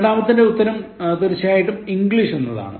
രണ്ടാമത്തേതിന്റെ ഉത്തരം തീർച്ചയായും English എന്നതാണ്